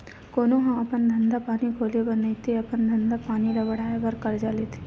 कोनो ह अपन धंधा पानी खोले बर नइते अपन धंधा पानी ल बड़हाय बर करजा लेथे